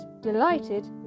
delighted